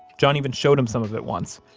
john even showed him some of it once,